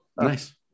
nice